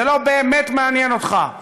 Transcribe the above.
זה לא באמת מעניין אותך.